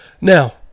now